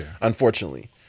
unfortunately